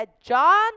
John